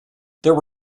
there